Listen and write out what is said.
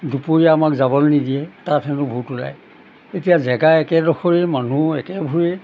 দুপৰীয়া আমাক যাবলৈ নিদিয়ে তাত হেনো ভূত ওলাই এতিয়া জেগা একেডখৰে মানুহ একেবোৰে